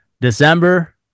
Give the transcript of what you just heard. December